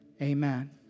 Amen